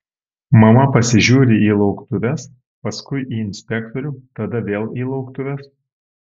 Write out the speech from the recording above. mama pasižiūri į lauktuves paskui į inspektorių tada vėl į lauktuves